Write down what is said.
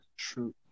True